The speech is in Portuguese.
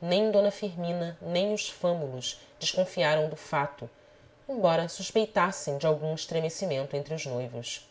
nem d firmina nem os fâmulos desconfiaram do fato embora suspeitassem de algum estremecimento entre os noivos